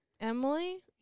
Emily